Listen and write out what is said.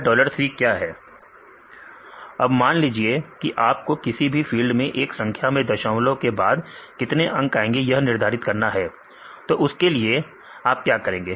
विद्यार्थी एक संख्या विद्यार्थी दशमलव अब मान लीजिए कि आपको किसी भी फील्ड में एक संख्या में दशमलव के बाद कितने अंक आएंगे यह निर्धारित करना है तो उसके लिए आप क्या करेंगे